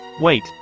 Wait